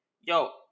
yo